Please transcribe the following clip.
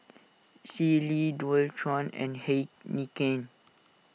Sealy Dualtron and Heinekein